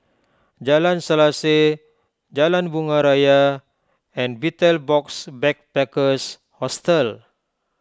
Jalan Selaseh Jalan Bunga Raya and Betel Box Backpackers Hostel